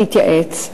להתייעץ,